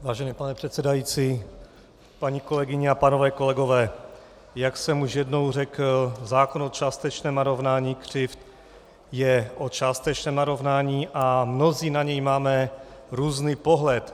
Vážený pane předsedající, paní kolegyně a pánové kolegové, jak jsem už jednou řekl, zákon o částečném narovnání křivd je o částečném narovnání a mnozí na něj máme různý pohled.